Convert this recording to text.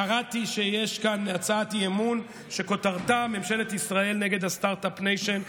קראתי שיש כאן הצעת אי-אמון שכותרתה: ממשלת ישראל נגד הסטרטאפ ניישן.